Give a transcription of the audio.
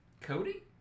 Cody